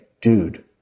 dude